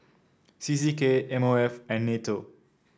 C C K M O F and NATO